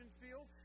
field